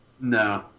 No